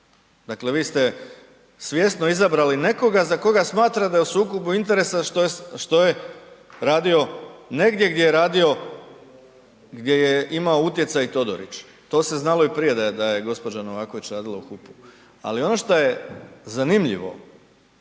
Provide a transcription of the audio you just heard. Dakle vi ste svjesno izabrali nekoga za koga smatrate da je u sukobu interesa što je radio negdje gdje je radio, gdje je imao utjecaj Todorić. To se znalo i prije da je gospođa Novaković radila u HUP-u. Ali ono šta je zanimljivo